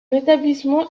établissement